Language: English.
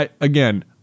again